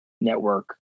network